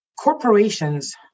Corporations